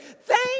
thank